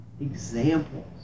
examples